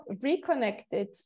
reconnected